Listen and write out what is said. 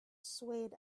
swayed